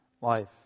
life